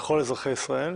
חברת הכנסת